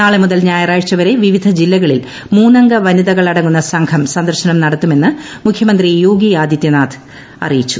നാളെ മുതൽ ഞായറാഴ്ച വരെ വിവിധ ജില്ലകളിൽ മൂന്നംഗ വനിതകളടങ്ങുന്ന സംഘം സന്ദർശനം നടത്തുമെന്ന് മുഖ്യമന്ത്രി യോഗി ആദിത്യനാഥ് അറിയിച്ചു